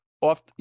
off